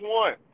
one